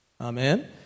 Amen